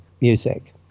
music